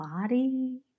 body